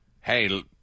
hey